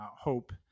hope